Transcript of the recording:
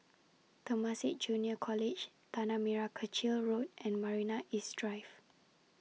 Temasek Junior College Tanah Merah Kechil Road and Marina East Drive